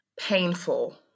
painful